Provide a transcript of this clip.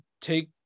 take